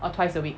or twice a week